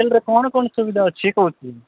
ହୋଟେଲ୍ରେ କ'ଣ କ'ଣ ସୁବିଧା ଅଛି କହୁଥିଲି